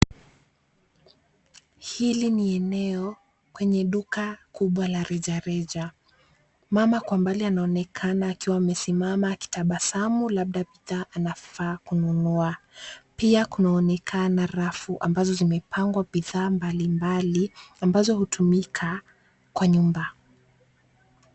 Hili ni eneo kwenye duka kubwa la rejareja. Mama kwa mbali ananaoneka akiwa amesimama akitabasamu labda bidhaa anafaa kununua. Pia kunaonekana rafu ambazo zimepangwa bidhaa mbalimbali ambazo hutumika kwa nyumba.